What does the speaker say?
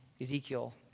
Ezekiel